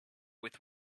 with